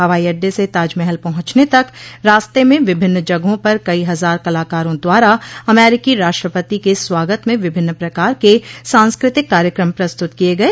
हवाई अड़डे से ताजमहल पहुंचने तक रास्ते में विभिन्न जगहों पर कई हजार कलाकारों द्वारा अमेरिकी राष्ट्रपति के स्वागत में विभिन्न प्रकार के सांस्कृतिक कार्यक्रम प्रस्तुत किये गये